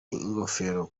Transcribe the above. ingofero